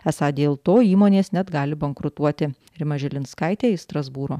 esą dėl to įmonės net gali bankrutuoti rima žilinskaitė iš strasbūro